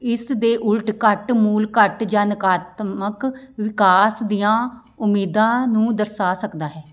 ਇਸ ਦੇ ਉਲਟ ਘੱਟ ਮੂਲ ਘੱਟ ਜਾਂ ਨਕਾਰਾਤਮਕ ਵਿਕਾਸ ਦੀਆਂ ਉਮੀਦਾਂ ਨੂੰ ਦਰਸਾ ਸਕਦਾ ਹੈ